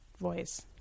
voice